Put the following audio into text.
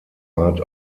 art